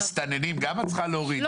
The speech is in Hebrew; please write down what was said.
המסתננים גם את צריכה להוריד,